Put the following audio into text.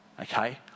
Okay